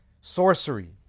sorcery